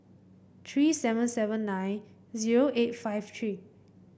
three seven seven nine zero eight five three